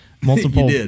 multiple